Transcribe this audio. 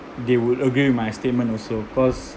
they would agree with my statement also because